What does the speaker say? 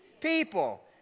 people